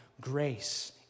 grace